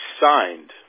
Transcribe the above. signed